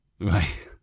Right